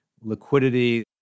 liquidity